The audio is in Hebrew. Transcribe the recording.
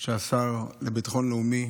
כשהשר לביטחון לאומי